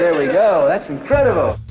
yeah we go. that's incredible.